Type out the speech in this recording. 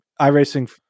iRacing